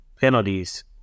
penalties